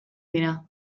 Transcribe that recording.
dira